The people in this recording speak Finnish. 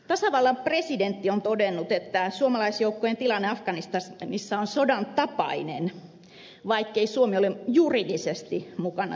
tasavallan presidentti on todennut että suomalaisjoukkojen tilanne afganistanissa on sodan tapainen vaikkei suomi ole juridisesti mukana sodassa